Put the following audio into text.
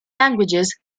languages